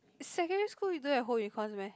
secondary school you don't have home econs meh